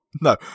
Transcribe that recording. No